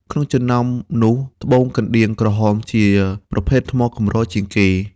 ក្នុងចំណោមនោះត្បូងកណ្តៀងក្រហម ជាប្រភេទថ្មកម្រជាងគេ។